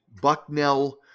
Bucknell